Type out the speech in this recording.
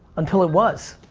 until it was.